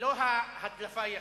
שלא ההדלפה חשובה,